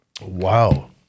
Wow